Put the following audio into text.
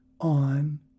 on